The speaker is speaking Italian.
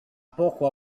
poco